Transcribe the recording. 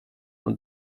und